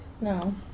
No